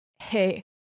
Hey